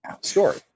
story